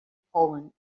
poland